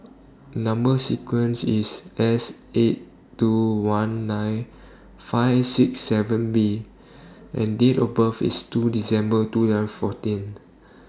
Number sequence IS S eight two one nine five six seven B and Date of birth IS two December two and fourteen